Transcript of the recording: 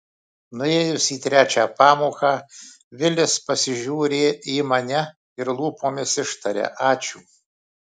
nuėjus į trečią pamoką vilis pasižiūri į mane ir lūpomis ištaria ačiū